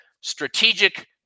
strategic